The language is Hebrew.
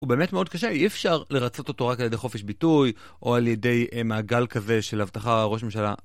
הוא באמת מאוד קשה, אי אפשר לרצות אותו רק על ידי חופש ביטוי או על ידי מעגל כזה של הבטחה ראש ממשלה.